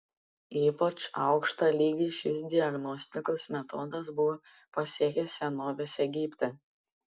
ypač aukštą lygį šis diagnostikos metodas buvo pasiekęs senovės egipte